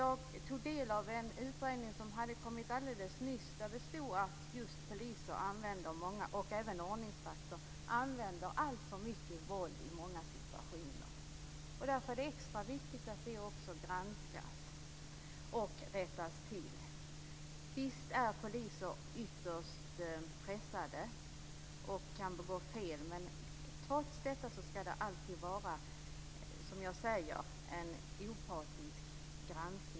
Jag tog del av en utredning som kom alldeles nyss där det stod att just poliser, och även ordningsvakter, använder alltför mycket våld i många situationer. Därför är det extra viktigt att det också granskas och rättas till. Visst är poliser ytterst pressade och kan begå fel, men trots detta skall det alltid vara en opartisk granskning.